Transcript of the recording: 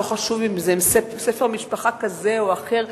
ולא חשוב אם זה ספר משפחה כזה או אחר,